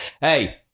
hey